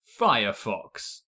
Firefox